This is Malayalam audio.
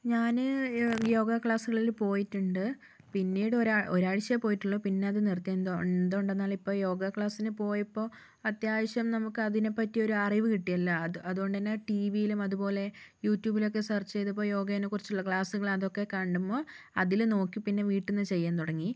ഞാൻ യോഗ ക്ലാസുകളിൽ പോയിട്ടുണ്ട് പിന്നീട് ഒരാഴ്ചയേ പോയിട്ടുള്ളൂ പിന്നെയത് നിർത്തി എന്ത് എന്തുകൊണ്ടെന്നാൽ ഇപ്പോൾ യോഗ ക്ലാസിന് പോയപ്പോൾ അത്യാവശ്യം നമുക്ക് അതിനെപ്പറ്റി ഒരറിവു കിട്ടിയല്ലോ അതു അതുകൊണ്ടുതന്നെ ടി വിയിലും അതുപോലെ യൂട്യൂബിലൊക്കെ സെർച്ച് ചെയ്തപ്പോൾ യോഗയിനെക്കുറിച്ചുള്ള ക്ലാസുകൾ അതൊക്കെ കണ്ടപ്പോൾ അതിൽ നോക്കി പിന്നെ വീട്ടിൽനിന്ന് ചെയ്യാൻ തുടങ്ങി